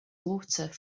water